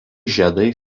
žiedai